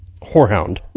whorehound